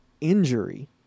injury